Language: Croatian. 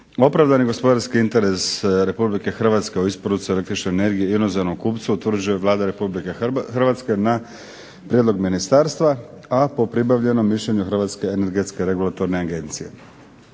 Opravdani gospodarski interes Republike Hrvatske o isporuci električne energije inozemnom kupcu utvrđuje Vlada Republike Hrvatske na prijedlog ministarstva a po pribavljenom mišljenju Hrvatske energetske regulatorne agencije.